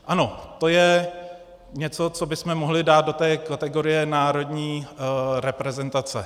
Ano, to je něco, co bychom mohli dát do té kategorie národní reprezentace.